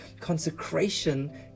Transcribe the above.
Consecration